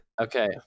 Okay